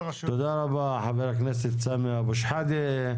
תודה רבה, חבר הכנסת סמי אבו שחאדה.